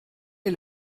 est